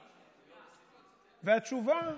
והתשובה: